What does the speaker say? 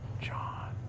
John